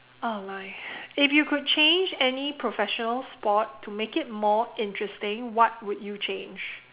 uh my if you could change any professional sport to make it more interesting what would you change